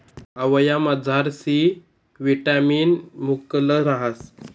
आवयामझार C vitamin मुकलं रहास